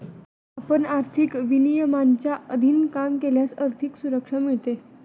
आपण आर्थिक विनियमांच्या अधीन काम केल्यास आर्थिक सुरक्षा मिळते